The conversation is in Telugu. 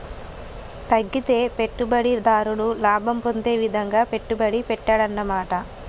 తగ్గితే పెట్టుబడిదారుడు లాభం పొందే విధంగా పెట్టుబడి పెట్టాడన్నమాట